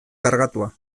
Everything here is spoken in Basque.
kargatua